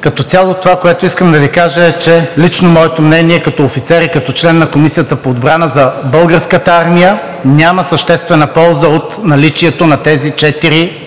Като цяло това, което искам да Ви кажа, лично моето мнение като офицер и като член на Комисията по отбрана е, че за Българската армия няма съществена полза от наличието на тези четири